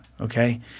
okay